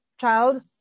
child